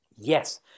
Yes